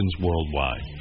worldwide